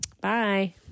Bye